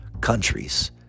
countries